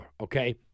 okay